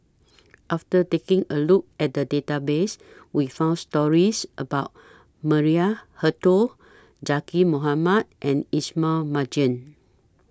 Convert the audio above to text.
after taking A Look At The Database We found stories about Maria Hertogh Zaqy Mohamad and Ismail Marjan